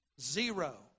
Zero